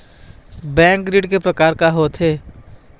Bank ऋण के प्रकार के होथे?